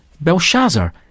Belshazzar